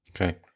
okay